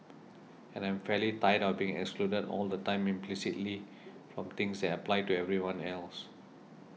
and I'm fairly tired of being excluded all the time implicitly from things that apply to everyone else